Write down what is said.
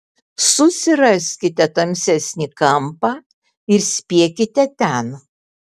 susiraskite tamsesnį kampą ir spiekite ten